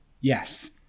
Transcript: yes